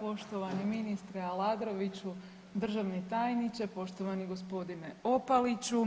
Poštovani ministre Aladroviću, državni tajniče, poštovani gospodine Opaliću,